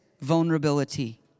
vulnerability